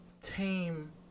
tame